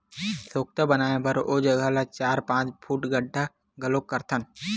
सोख्ता बनाए बर ओ जघा ल चार, पाँच फूट गड्ढ़ा घलोक करथन